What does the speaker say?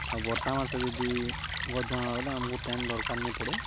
ଆଉ ବର୍ଷା ମାସେ ଯଦି ଗଛ୍ ଜଗାମା ବେଲେ ଆମ୍କୁ ପ୍ୟାନ୍ ଦର୍କାର୍ ନିପଡ଼େ